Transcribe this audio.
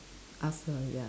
ask her ya